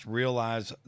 realize